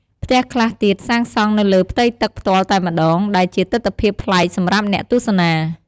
ផ្ទះខ្លះទៀតសាងសង់នៅលើផ្ទៃទឹកផ្ទាល់តែម្តង ដែលជាទិដ្ឋភាពប្លែកសម្រាប់អ្នកទស្សនា។